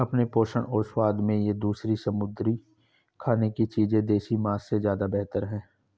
अपने पोषण और स्वाद में ये दूसरी समुद्री खाने की चीजें देसी मांस से ज्यादा बेहतर है